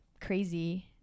crazy